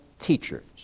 teachers